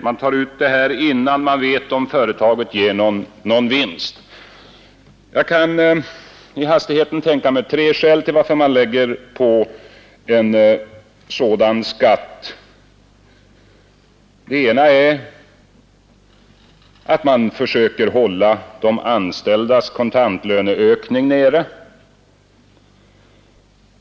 Man tar ut skatten innan man vet om företaget ger någon vinst. Jag kan i hastigheten tänka mig tre skäl till att man vill ta ut en sådan skatt. Det första är att man vill försöka hålla de anställdas kontantlöneökning nere.